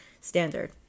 standard